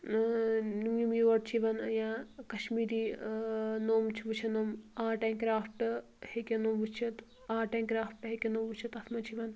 یم یور چِھ یِوان یا کشمیٖری نۄم چھِ وُچھان نۄم آرٹ اینڈ کرافِٹ ہیٚکن نۄم وُچھتھ آرٹ اینڈ کرافٹ ہیٚکن نۄم وُچھتھ تتھ منٛز چھِ یِوان